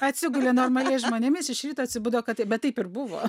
atsigulė normaliais žmonėmis iš ryto atsibudo kad taip bet taip ir buvo